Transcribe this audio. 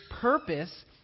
purpose